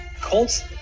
Colts